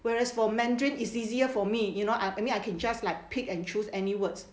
whereas for mandarin is easier for me you know I mean I can just like pick and choose any words